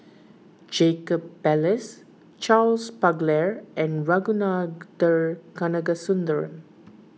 Jacob Ballas Charles Paglar and Ragunathar Kanagasuntheram